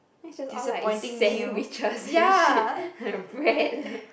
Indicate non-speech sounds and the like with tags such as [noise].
which is all like sandwiches and shit [laughs] bread